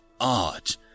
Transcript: art